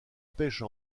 pêche